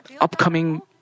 upcoming